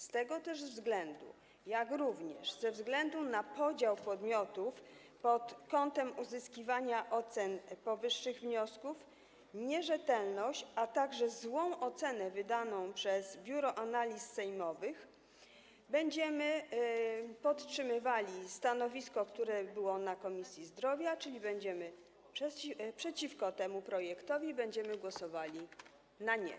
Z tego też względu, jak również ze względu na podział podmiotów pod kątem uzyskiwania ocen powyższych wniosków, nierzetelność, a także złą ocenę wydaną przez Biuro Analiz Sejmowych będziemy podtrzymywali stanowisko, które było w Komisji Zdrowia, czyli będziemy przeciwko temu projektowi, będziemy głosowali na nie.